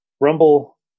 Rumble